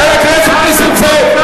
חבר הכנסת נסים זאב.